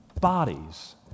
bodies